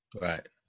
Right